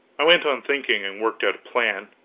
i went on thinking, and worked out a plan.